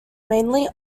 mainly